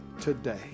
today